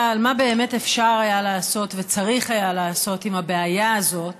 על מה באמת אפשר היה לעשות וצריך היה לעשות עם הבעיה הזאת